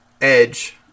edge